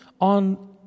on